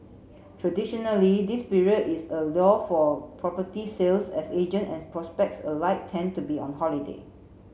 traditionally this period is a lull for property sales as agent and prospects alike tend to be on holiday